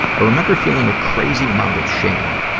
i remember feeling a crazy amount of shame.